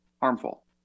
harmful